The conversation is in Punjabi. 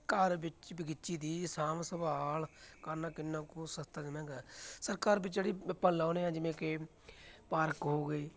ਘਰ ਵਿੱਚ ਬਗੀਚੀ ਦੀ ਸਾਂਭ ਸੰਭਾਲ ਕਰਨਾ ਕਿੰਨਾ ਕੁ ਸਸਤਾ ਅਤੇ ਮਹਿੰਗਾ ਹੈ ਸਰ ਘਰ ਵਿੱਚ ਜਿਹੜੀ ਆਪਾਂ ਲਗਾਉਂਦੇ ਹਾਂ ਜਿਵੇਂ ਕਿ ਪਾਰਕ ਹੋ ਗਏ